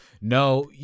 no